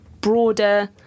broader